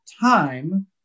time